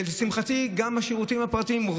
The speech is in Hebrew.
ולשמחתי גם השירותים הפרטיים,